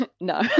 no